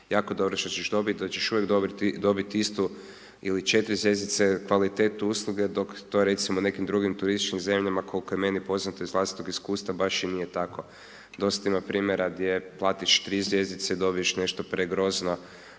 jako dobro što ćeš dobiti, da ćeš uvijek dobiti istu ili 4 zvjezdice, kvalitetu usluge, dok to recimo u nekim drugim turističkim zemljama, koliko je meni poznato iz vlastitog iskustva, baš i nije tako, dosta ima primjera gdje platiš 3 zvjezdice, dobiješ nešto pregrozno,